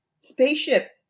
spaceship